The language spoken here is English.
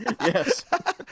Yes